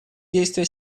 действия